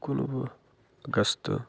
کُنوُہ اَگست